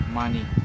money